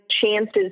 chances